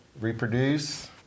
Reproduce